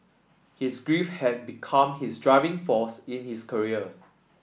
his grief had become his driving force in his career